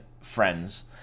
friends